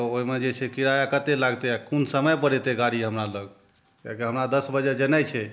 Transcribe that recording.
तऽ ओहिमे जे छै किराया कते लागतै आ कोन समयपर अयतै गाड़ी हमरा लग किएकि हमरा दस बजे जेनाइ छै